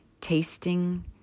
tasting